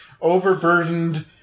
overburdened